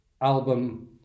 album